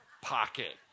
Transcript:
pocket